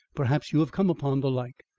perhaps you have come upon the like?